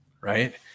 Right